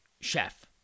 chef